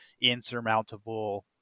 insurmountable